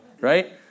right